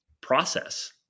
process